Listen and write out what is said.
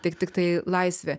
tik tiktai laisvė